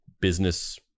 business